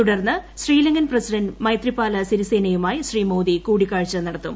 തുടർന്ന് ശ്രീലങ്കൻ പ്രസിഡന്റ് മൈത്രിപാല സിരിസേനയുമായി ശ്രീ മോദി കൂടിക്കാഴ്ച നടത്തും